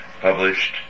Published